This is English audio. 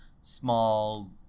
small